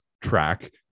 track